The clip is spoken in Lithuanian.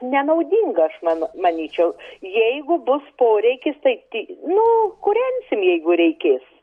nenaudinga aš manu manyčiau jeigu bus poreikis tai ti nu kūrensim jeigu reikės